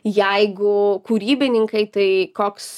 jeigu kūrybininkai tai koks